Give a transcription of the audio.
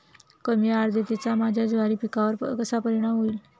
कमी आर्द्रतेचा माझ्या ज्वारी पिकावर कसा परिणाम होईल?